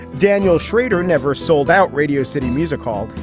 daniel schrader never sold out radio city music hall.